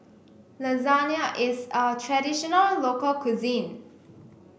Lasagne is a traditional local cuisine